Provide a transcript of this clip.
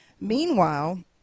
Meanwhile